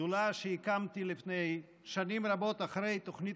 שדולה שהקמתי לפני שנים רבות, אחרי תוכנית